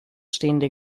stehende